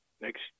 next